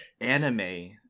anime